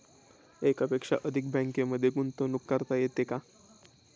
एकापेक्षा अधिक बँकांमध्ये गुंतवणूक करता येते का?